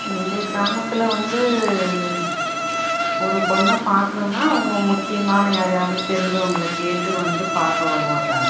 எங்கள் கிராமத்தில் வந்து ஒரு பொண்ணை பார்க்கணுன்னா அவங்க முக்கியமான யாரையாவது தெரிஞ்சவங்களை கேட்டு வந்து பார்க்க வருவாங்க